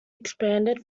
expanded